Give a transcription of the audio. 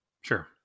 Sure